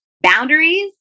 Boundaries